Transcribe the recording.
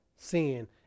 sin